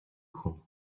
хүн